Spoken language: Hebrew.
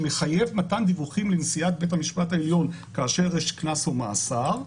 שמחייב מתן דיווחים לנשיאת בית המשפט העליון כאשר יש קנס או מאסר,